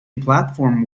platform